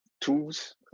tools